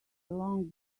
along